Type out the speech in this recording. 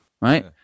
right